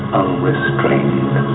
unrestrained